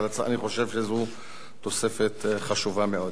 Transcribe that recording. אני חושב שזו תוספת חשובה מאוד.